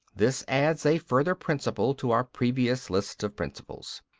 this adds a further principle to our previous list of principles.